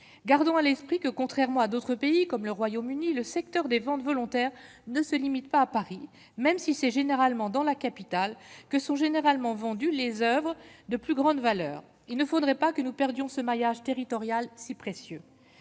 gardons à l'esprit que, contrairement à d'autres pays comme le Royaume-Uni, le secteur des ventes volontaires ne se limite pas à Paris même si c'est généralement dans la capitale que sont généralement vendus les Oeuvres de plus grande valeur, il ne faudrait pas que nous perdions ce maillage territorial si précieux,